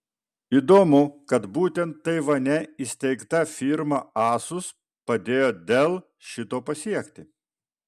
įdomu kad būtent taivane įsteigta firma asus padėjo dell šito pasiekti